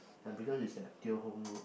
because it's at Teo-Hong road